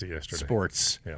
sports